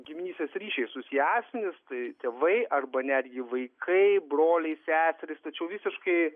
giminystės ryšiais susiję asmenys tai tėvai arba netgi vaikai broliai seserys tačiau visiškai